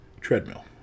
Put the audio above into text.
treadmill